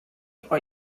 იყო